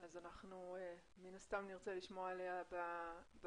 אז אנחנו מן הסתם נרצה לשמוע עליה בהמשך.